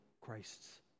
Christ's